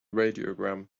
radiogram